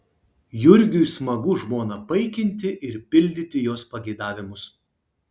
jurgiui smagu žmoną paikinti ir pildyti jos pageidavimus